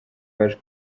baje